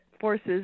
forces